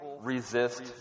Resist